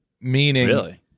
Meaning